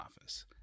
office